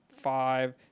five